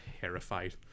terrified